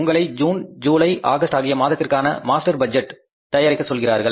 உங்களை June July August ஆகிய மாதத்திற்கான மாஸ்டர் பட்ஜெட் தயாரிக்க சொல்கின்றார்கள்